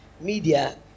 Media